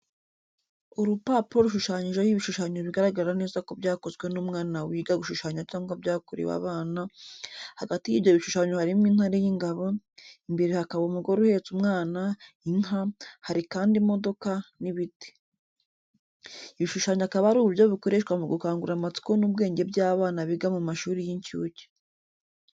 Urupapuro rushushanyijeho ibishushanyo bigaragara neza ko byakozwe n'umwana wiga gushushanya cyangwa byakorewe abana, hagati y'ibyo bishushanyo harimo intare y'ingabo, imbere hakaba umugore uhetse umwana, inka, hari kandi imodoka, n'ibiti. Ibishushanyo akaba ari uburyo bukoreshwa mu gukangura amatsiko n'ubwenge by'abana biga mu mashuri y'incuke.